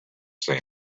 seen